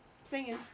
Singing